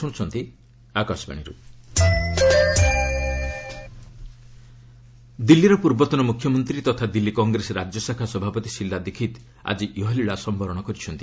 ଶିଲା ଦୀକ୍ଷିତ୍ ଦିଲ୍ଲୀର ପୂର୍ବତନ ମୁଖ୍ୟମନ୍ତ୍ରୀ ତଥା ଦିଲ୍ଲୀ କଂଗ୍ରେସ ରାଜ୍ୟଶାଖା ସଭାପତି ଶିଲା ଦୀକ୍ଷିତ୍ ଆଜି ଇହଲିଳା ସମ୍ଭରଣ କରିଛନ୍ତି